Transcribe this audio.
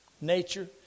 nature